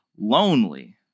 lonely